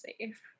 safe